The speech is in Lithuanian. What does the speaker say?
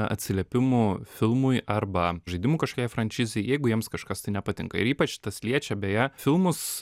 atsiliepimų filmui arba žaidimų kažkokiai frančizei jeigu jiems kažkas tai nepatinka ir ypač tas liečia beje filmus